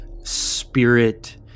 spirit